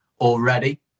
already